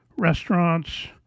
restaurants